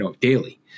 daily